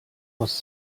was